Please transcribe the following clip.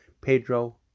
Pedro